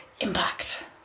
impact